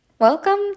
welcome